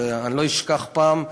ואני לא אשכח פעם,